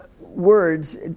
words